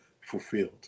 fulfilled